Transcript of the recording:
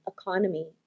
economy